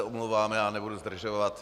Omlouvám se, nebudu zdržovat.